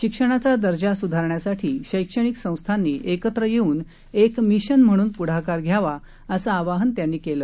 शिक्षणाचा दर्जा सुधारण्यासाठी शैक्षणिक संस्थांनी एकत्र येऊन एक मिशन म्हणून पुढाकार घ्यावा असं आवाहन त्यांनी केलं